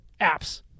apps